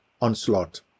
onslaught